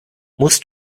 musst